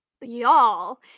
Y'all